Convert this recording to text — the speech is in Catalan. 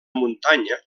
muntanya